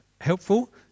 helpful